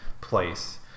place